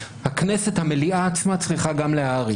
מליאת הכנסת עצמה צריכה גם להאריך.